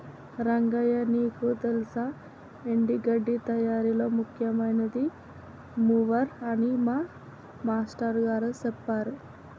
రంగయ్య నీకు తెల్సా ఎండి గడ్డి తయారీలో ముఖ్యమైనది మూవర్ అని మా మాష్టారు గారు సెప్పారు